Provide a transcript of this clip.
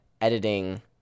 editing